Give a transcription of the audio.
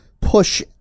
push